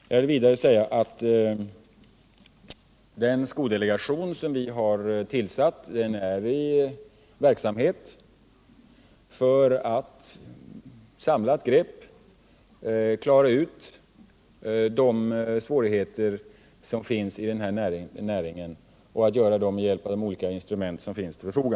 Jag vill vidare säga att den skodelegation som vi har tillsatt är i verksamhet för att med ett samlat grepp och med de olika instrument som står till förfogande klara ut de svårigheter som finns i näringen.